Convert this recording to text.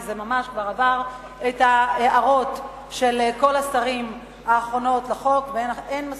כי זה ממש כבר עבר את ההערות האחרונות של כל השרים לחוק,